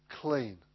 Clean